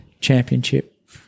championship